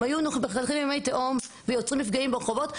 הם היו מלוכלכים ממי תהום ויוצרים מפגעים ברחובות.